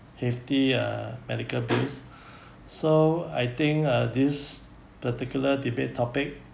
hefty ah medical bills so I think ah this particular debate topic